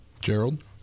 Gerald